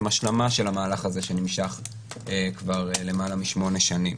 השלמה של המהלך הזה שנמשך כבר למעלה משמונה שנים.